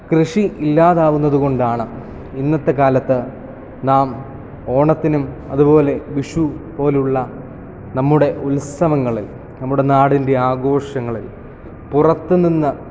കൃഷി ഇല്ലാതാകുന്നതു കൊണ്ടാണ് ഇന്നത്തെ കാലത്ത് നാം ഓണത്തിനും അതുപോലെ വിഷു പോലുള്ള നമ്മുടെ ഉത്സവങ്ങളിൽ നമ്മുടെ നാടിൻ്റെ ആഘോഷങ്ങളിൽ പുറത്തു നിന്ന്